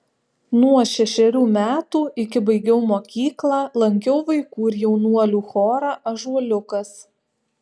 nuo šešerių metų iki baigiau mokyklą lankiau vaikų ir jaunuolių chorą ąžuoliukas